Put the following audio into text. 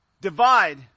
divide